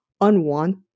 unwanted